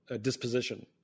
disposition